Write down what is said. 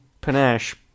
panache